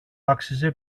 αξίζει